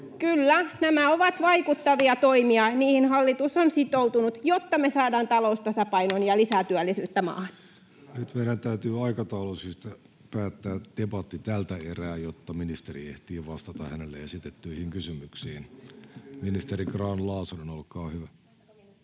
Kyllä, nämä ovat vaikuttavia toimia. Niihin hallitus on sitoutunut, jotta me saadaan talous tasapainoon ja lisää työllisyyttä maahan. Nyt meidän täytyy aikataulusyistä päättää debatti tältä erää, jotta ministeri ehtii vastata hänelle esitettyihin kysymyksiin. — Ministeri Grahn-Laasonen, olkaa hyvä.